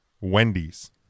Wendy's